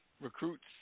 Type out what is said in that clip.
recruits